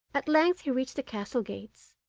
at length he reached the castle gates,